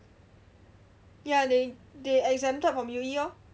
ya they they exempted from U_E lor